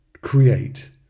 create